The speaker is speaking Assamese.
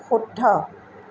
শুদ্ধ